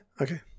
okay